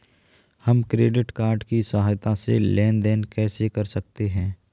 हम credit card की सहायता से लेन देन कैसे कर सकते हैं?